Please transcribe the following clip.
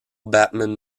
batman